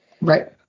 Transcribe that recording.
Right